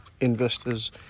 investors